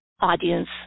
audience